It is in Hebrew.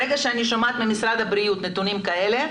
ברגע שאני שומעת ממשרד הבריאות נתונים כאלה,